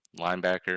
linebacker